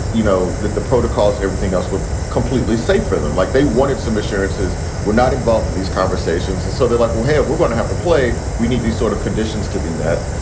you know, that the protocols and everything else were completely safe for them, like they wanted some assurances were not involved in these conversations. and so they're like, well, hey, if we're going to have to play, we need these sort of conditions to be met.